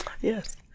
Yes